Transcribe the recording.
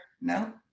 no